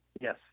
yes